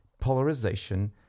polarization